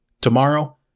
Tomorrow